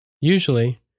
Usually